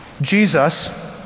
Jesus